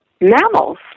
mammals